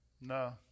No